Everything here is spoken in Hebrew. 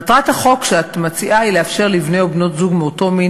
מטרת החוק שאת מציעה היא לאפשר לבני או בנות זוג מאותו מין